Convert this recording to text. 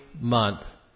Month